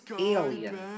alien